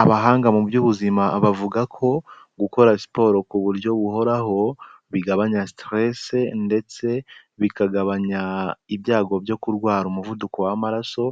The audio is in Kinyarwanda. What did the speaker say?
Abahanga mu by'ubuzima bavuga ko gukora siporo ku buryo buhoraho bigabanya stress ndetse bikagabanya ibyago byo kurwara umuvuduko w'amaraso,